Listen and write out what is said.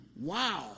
wow